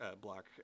block